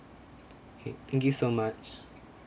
okay thank you so much